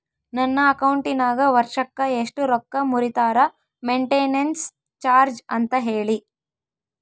ನನ್ನ ಅಕೌಂಟಿನಾಗ ವರ್ಷಕ್ಕ ಎಷ್ಟು ರೊಕ್ಕ ಮುರಿತಾರ ಮೆಂಟೇನೆನ್ಸ್ ಚಾರ್ಜ್ ಅಂತ ಹೇಳಿ?